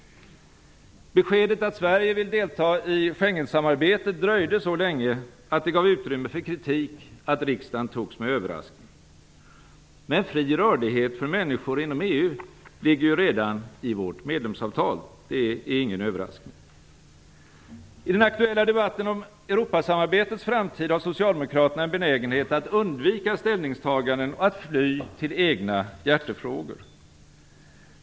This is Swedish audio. Beskedet att Sverige vill delta i Schengensamarbetet dröjde så länge, att det gav utrymme för kritik att riksdagen togs med överraskning. Men fri rörlighet för människor inom EU ligger ju redan i vårt medlemsavtal. Det är ingen överraskning. I den aktuella debatten om Europasamarbetets framtid har socialdemokraterna en benägenhet att undvika ställningstaganden och att fly till egna hjärtefrågor.